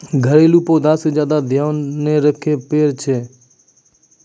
घरेलू पौधा के ज्यादा ध्यान नै रखे पड़ै छै, एकरा ज्यादा धूप आरु पानी के जरुरत नै पड़ै छै